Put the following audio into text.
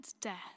death